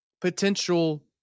potential